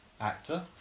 actor